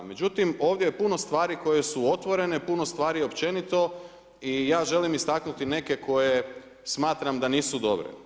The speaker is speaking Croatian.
Međutim, ovdje je puno stvari koje su otvorene, puno stvari općenito i ja želim istaknuti neke koje smatram da nisu dobre.